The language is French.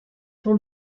sont